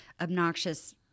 obnoxious